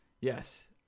Yes